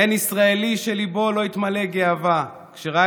אין ישראלי שליבו לא התמלא גאווה כשראה